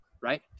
Right